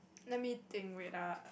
let me think wait ah